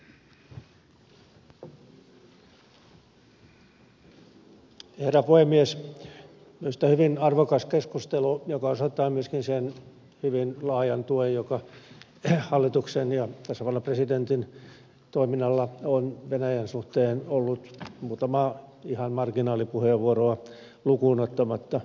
minusta tämä on hyvin arvokas keskustelu joka osoittaa myöskin sen hyvin laajan tuen joka hallituksen ja tasavallan presidentin toiminnalla on venäjän suhteen ollut muutamaa ihan marginaalipuheenvuoroa lukuun ottamatta